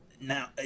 Now